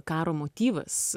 karo motyvas